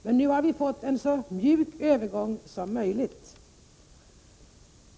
Men nu har vi försökt få en så mjuk övergång som möjligt.